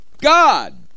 God